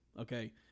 okay